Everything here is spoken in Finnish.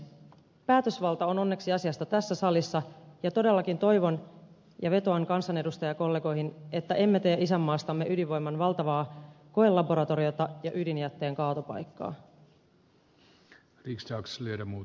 päätösvalta asiasta on onneksi tässä salissa ja todellakin toivon ja vetoan kansanedustajakollegoihin että emme tee isänmaastamme ydinvoiman valtavaa koelaboratoriota ja ydinjätteen kaatopaikkaa